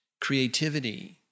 creativity